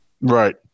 Right